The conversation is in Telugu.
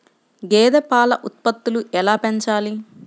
గేదె పాల ఉత్పత్తులు ఎలా పెంచాలి?